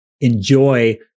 enjoy